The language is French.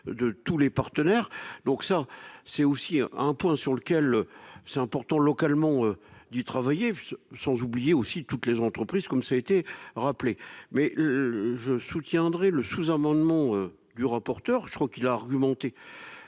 de tous les partenaires, donc ça c'est aussi un point sur lequel c'est important localement du travailler sans oublier aussi toutes les entreprises comme ça a été rappelé mais. Je soutiendrai le sous-amendement du rapporteur je crois qu'il l'a argumentée